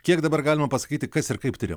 kiek dabar galima pasakyti kas ir kaip tiria